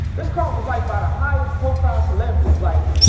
this car was liked by the highest profile celebrities. like,